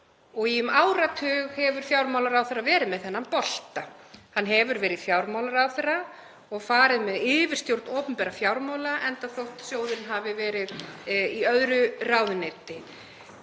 og í um áratug hefur fjármálaráðherra verið með þennan bolta. Hann hefur verið fjármálaráðherra og farið með yfirstjórn opinberra fjármála enda þótt sjóðurinn hafi verið í öðru ráðuneyti.